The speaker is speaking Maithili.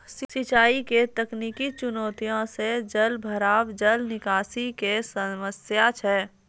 सिंचाई के तकनीकी चुनौतियां छै जलभराव, जल निकासी के समस्या छै